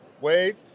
Wade